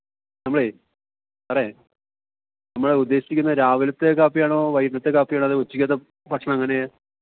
നമ്മളെ സാറേ നമ്മൾ ഉദ്ദേശിക്കുന്നത് രാവിലത്തെ കാപ്പിയാണോ വൈകിട്ടത്തെ കാപ്പിയാണോ അതോ ഉച്ചക്കത്തെ ഭക്ഷണം എങ്ങനെയാണ്